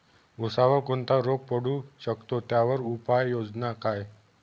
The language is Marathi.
ऊसावर कोणता रोग पडू शकतो, त्यावर उपाययोजना काय?